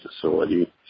facility